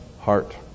heart